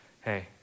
Hey